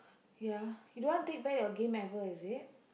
ya you don't want back your game ever is it